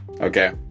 Okay